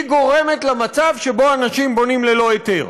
היא גורמת למצב שאנשים בונים ללא היתר.